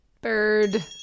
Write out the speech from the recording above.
Bird